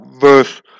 verse